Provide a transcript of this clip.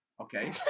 Okay